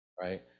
right